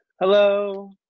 Hello